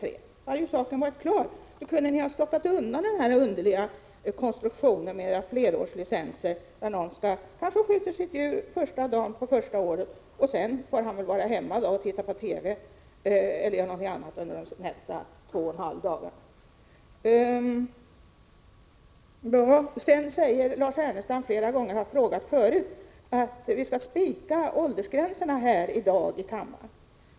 Då hade saken varit klar, och ni hade kunnat stoppa undan den här underliga konstruktionen med flerårslicenser. Den som skjuter sitt djur första dagen under det första licensåret får väl sedan sitta hemma och titta på TV eller göra någonting annat under resten av tiden. Lars Ernestam sade flera gånger att vi i dag här i kammaren skall spika åldersgränserna.